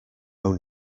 own